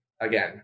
again